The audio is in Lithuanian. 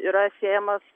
yra siejamas